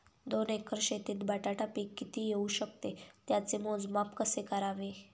दोन एकर शेतीत बटाटा पीक किती येवू शकते? त्याचे मोजमाप कसे करावे?